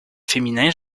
féminin